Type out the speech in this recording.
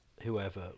whoever